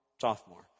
sophomore